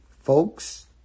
Folks